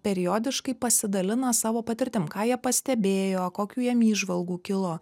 periodiškai pasidalina savo patirtim ką jie pastebėjo kokių jiem įžvalgų kilo